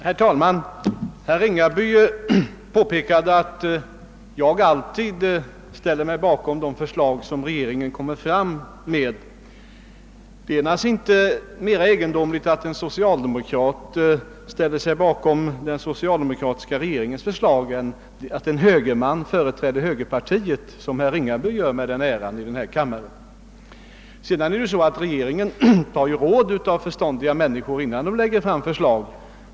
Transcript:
Herr talman! Herr Ringaby påpekade att jag alltid ställer mig bakom de förslag som regeringen lägger fram. Det är naturligtvis inte mer egendomligt att en socialdemokrat ställer sig bakom den socialdemokratiska regeringens förslag än att en högerman företräder högerpartiets ståndpunkter, något som herr Ringaby gör med den äran här i kammaren. Därtill kommer att regeringen alltid tar råd av förståndiga personer innan den lägger fram ett förslag.